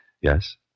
Yes